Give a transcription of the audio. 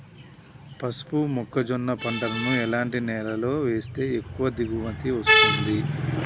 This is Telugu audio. పసుపు మొక్క జొన్న పంటలను ఎలాంటి నేలలో వేస్తే ఎక్కువ దిగుమతి వస్తుంది?